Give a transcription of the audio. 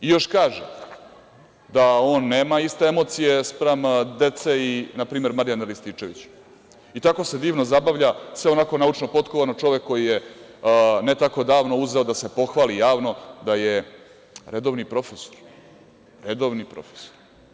Još kaže da on nema iste emocije spram dece i na primer Marijana Rističevića i tako se divno zabavlja, sve onako naučno potkovano, čovek koji je ne tako davno uzeo da se pohvali javno da je redovni profesor, redovni profesor.